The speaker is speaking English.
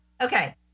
okay